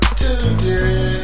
today